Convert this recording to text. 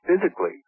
physically